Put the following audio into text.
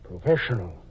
professional